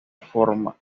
forma